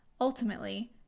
ultimately